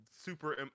Super